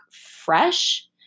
fresh